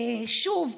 שוב,